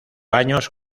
años